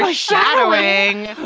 ah shattering.